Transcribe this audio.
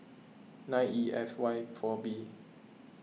nine E F Y four B